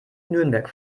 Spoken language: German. nürnberg